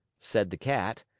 said the cat.